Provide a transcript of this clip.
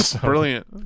brilliant